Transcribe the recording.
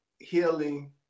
Healing